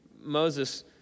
Moses